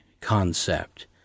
concept